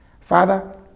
Father